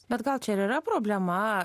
bet gal čia ir yra problema